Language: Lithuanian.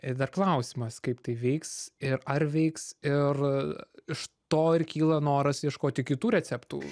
ir dar klausimas kaip tai veiks ir ar veiks ir iš to ir kyla noras ieškoti kitų receptų